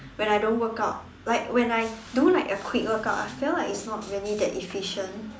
when I don't workout like when I do like a quick workout I feel like it's not really that efficient